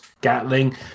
Gatling